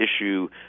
issue